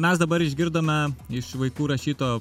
mes dabar išgirdome iš vaikų rašytojo